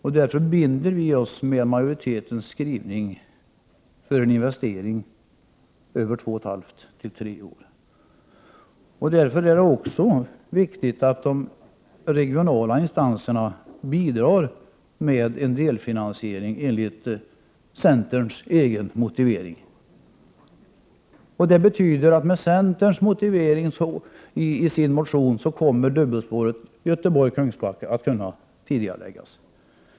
Med majoritetens skrivning förbinder vi oss för en investering under 2,5-3 år. Därför är det med centerns egen motivering också viktigt att de regionala instanserna bidrar med en delfinansiering. Med den motivering som centern har i sin motion kommer färdigställandet av dubbelspåret Göteborg Kungsbacka att kunna tidigareläggas.